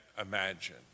imagine